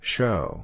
Show